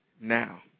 now